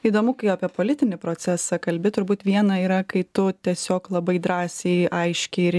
įdomu kai apie politinį procesą kalbi turbūt viena yra kai tu tiesiog labai drąsiai aiškiai ir